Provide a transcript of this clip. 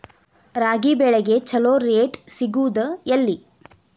ರಾಗಿ ಬೆಳೆಗೆ ಛಲೋ ರೇಟ್ ಸಿಗುದ ಎಲ್ಲಿ?